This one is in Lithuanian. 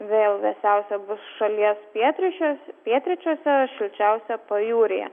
vėl vėsiausia bus šalies pietryčiuos pietryčiuose šilčiausia pajūryje